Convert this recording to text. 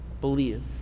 believe